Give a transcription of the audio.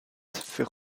fait